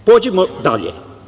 Pođimo dalje.